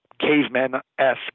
caveman-esque